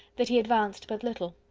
that he advanced but little.